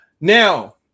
Now